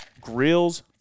grills